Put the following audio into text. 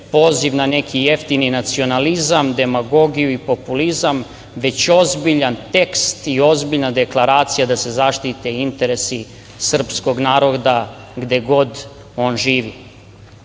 poziv na neki jeftini nacionalizam, demagogiju i populizam, već ozbiljan tekst i ozbiljna deklaracija da se zaštite interesi srpskog naroda gde god on